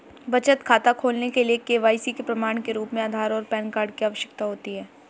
बचत खाता खोलने के लिए के.वाई.सी के प्रमाण के रूप में आधार और पैन कार्ड की आवश्यकता होती है